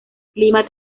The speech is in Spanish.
clima